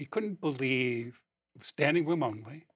he couldn't believe standing room only